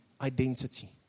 identity